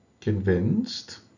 Convinced